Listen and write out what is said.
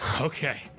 okay